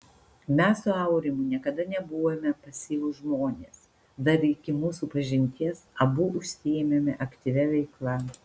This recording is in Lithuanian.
mes su aurimu niekada nebuvome pasyvūs žmonės dar iki mūsų pažinties abu užsiėmėme aktyvia veikla